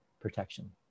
protection